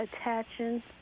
attaching